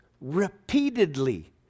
repeatedly